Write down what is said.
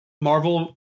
Marvel